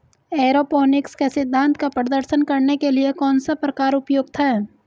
Aeroponics के सिद्धांत का प्रदर्शन करने के लिए कौन सा प्रकार उपयुक्त है?